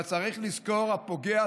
אבל צריך לזכור: הפוגע,